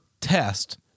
test